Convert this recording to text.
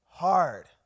hard